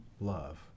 love